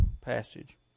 passage